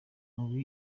ubu